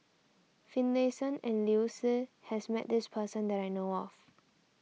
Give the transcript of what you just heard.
Finlayson and Liu Si has met this person that I know of